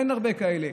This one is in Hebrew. אין הרבה כאלה,